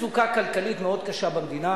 הוא מילא את התפקיד בצורה שנונה,